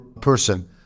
person